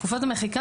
תקופת המחיקה,